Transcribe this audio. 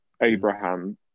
Abraham